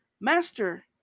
Master